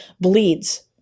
bleeds